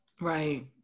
Right